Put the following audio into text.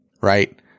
right